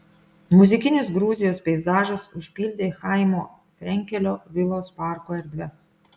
muzikinis gruzijos peizažas užpildė chaimo frenkelio vilos parko erdves